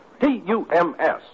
T-U-M-S